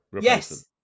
Yes